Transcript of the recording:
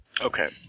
Okay